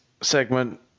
segment